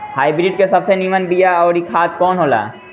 Hybrid के सबसे नीमन बीया अउर खाद कवन हो ला?